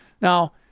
now